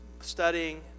studying